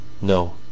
No